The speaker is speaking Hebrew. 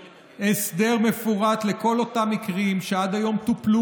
קבענו הסדר מפורט לכל אותם מקרים שעד היום טופלו